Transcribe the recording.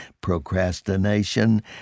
procrastination